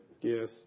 yes